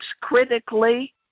critically